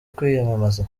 kwiyamamaza